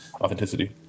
authenticity